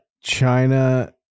China